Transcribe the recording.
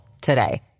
today